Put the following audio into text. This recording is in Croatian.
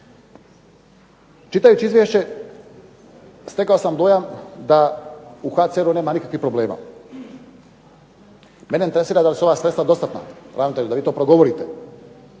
Čitajući izvješće stekao sam dojam da u HCR-u nema nikakvih problema. Mene interesira da li su ova sredstva dostatna? Ravnatelju da vi to progovorite.